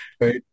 right